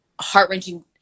heart-wrenching